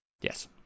Yes